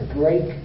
break